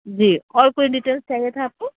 جی اور کوئی ڈیٹیلس چاہیے تھا آپ کو